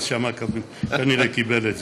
אז שם כנראה הוא קיבל את זה.